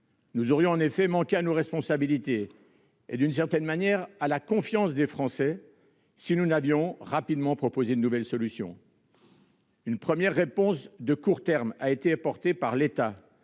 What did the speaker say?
Nous aurions en effet manqué à nos responsabilités et, d'une certaine manière, à la confiance des Français si nous n'avions pas proposé rapidement de nouvelles solutions. Une première réponse de court terme a été apportée par l'État,